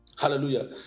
Hallelujah